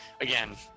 Again